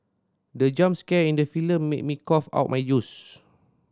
the jump scare in the film made me cough out my juice